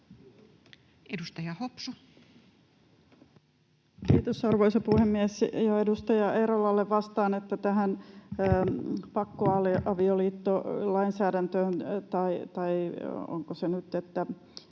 Edustaja Hopsu. Kiitos, arvoisa puhemies! Edustaja Eerolalle vastaan, että tutustuin tähän pakkoavioliittolainsäädäntöön — tai onko se nyt